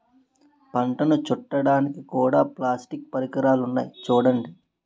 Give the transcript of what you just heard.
పంటను చుట్టడానికి కూడా ప్లాస్టిక్ పరికరాలున్నాయి చూడండి